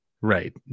right